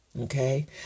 Okay